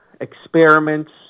experiments